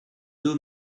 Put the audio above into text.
deux